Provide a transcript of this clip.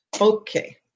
Okay